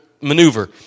maneuver